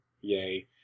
yay